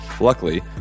Luckily